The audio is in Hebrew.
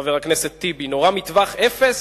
חבר הכנסת טיבי, נורה מטווח אפס